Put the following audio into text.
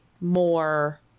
more